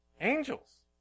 angels